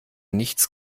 nichts